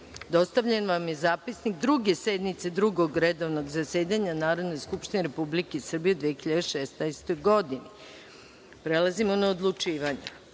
reda. Dostavljen vam je Zapisnik Druge sednice Drugog redovnog zasedanja Narodne skupštine Republike Srbije u 2016. godini. Prelazimo na odlučivanje. Stavljam